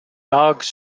dogs